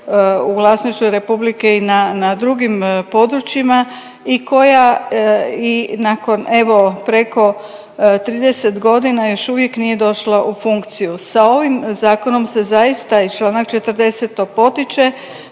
u vlasništvu Republike i na drugim područjima i koja i nakon evo preko 30 godina još uvijek nije došla u funkciju. Sa ovim zakonom se zaista i članak 40 to potiče,